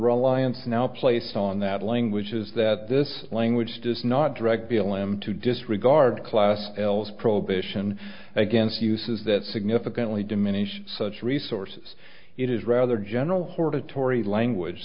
reliance now placed on that language is that this language does not direct b l m to disregard class sales prohibition against uses that significantly diminish such resources it is rather general hortatory language